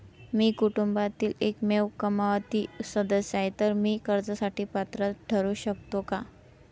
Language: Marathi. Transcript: मी कुटुंबातील एकमेव कमावती सदस्य आहे, तर मी कर्जासाठी पात्र ठरु शकतो का?